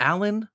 Alan